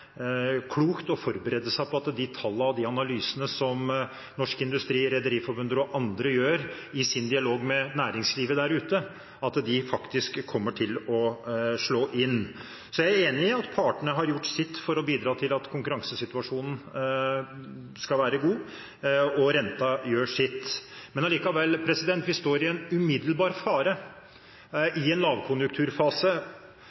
klokt å forberede seg på at de tallene og de analysene som Norsk Industri, Rederiforbundet og andre gjør i sin dialog med næringslivet der ute, kommer til å slå inn. Så er jeg enig i at partene har gjort sitt for å bidra til at konkurransesituasjonen skal være god, og renta gjør sitt. Men allikevel, vi står i en umiddelbar fare i en lavkonjunkturfase